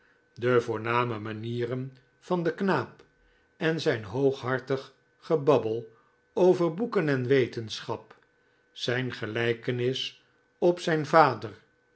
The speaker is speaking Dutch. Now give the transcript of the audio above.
de voorname manieren van den knaap en zijn hooghartig gebabbel over boeken en wetenschap zijn gelijkenis op zijn vader